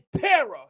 terror